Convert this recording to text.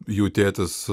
jų tėtis